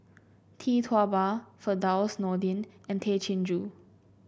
Tee Tua Ba Firdaus Nordin and Tay Chin Joo